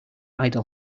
idle